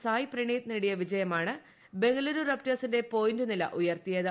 സായ് പ്രണീത് നേടിയ വിജയമാണ് ബംഗലൂരു റപ്റ്റേഴ്സിന്റെ പോയിന്റു നില ഉയർത്തിയത്